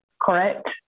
correct